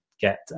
get